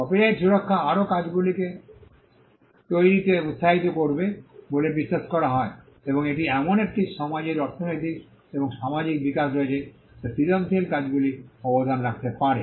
copyright সুরক্ষা আরও কাজগুলি তৈরিতে উত্সাহিত করবে বলে বিশ্বাস করা হয় এবং এটিতে এমন একটি সমাজের অর্থনৈতিক এবং সামাজিক বিকাশ রয়েছে যা সৃজনশীল কাজগুলি অবদান রাখতে পারে